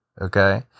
okay